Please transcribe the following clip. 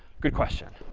good question.